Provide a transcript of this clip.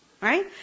right